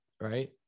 Right